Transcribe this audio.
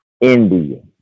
India